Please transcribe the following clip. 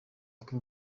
bwe